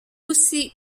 aussi